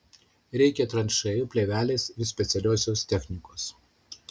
reikia tranšėjų plėvelės ir specialiosios technikos